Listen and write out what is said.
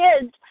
kids